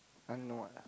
and what ah